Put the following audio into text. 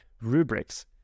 rubrics